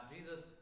Jesus